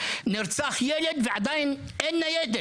בסוף נרצח ילד ועדיין אין ניידת.